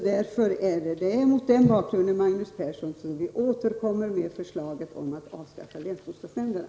Det är alltså mot den bakgrunden, Magnus Persson, som vi återkommer med vårt förslag om ett avskaffande av länsbostadsnämnderna.